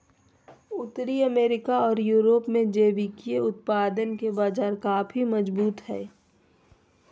उत्तरी अमेरिका ओर यूरोप में जैविक उत्पादन के बाजार काफी मजबूत हइ